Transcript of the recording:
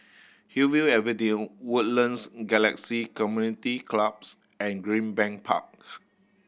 Hillview Avenue Woodlands Galaxy Community Clubs and Greenbank Park